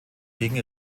gegen